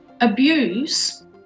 abuse